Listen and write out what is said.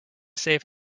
save